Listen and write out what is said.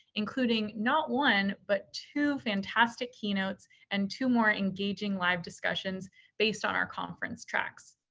including not one but two fantastic keynotes and two more engaging live discussions based on our conference tracks.